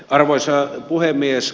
arvoisa puhemies